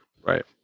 Right